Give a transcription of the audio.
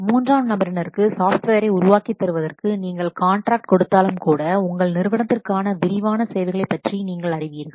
மூன்றாம் நபரினருக்கு சாஃப்ட்வேரை உருவாக்கித் தருவதற்கு நீங்கள் காண்ட்ராக்ட் கொடுத்தாலும் கூட உங்கள் நிறுவனத்திற்கான விரிவான தேவைகளைப் பற்றி நீங்கள் அறிவீர்கள்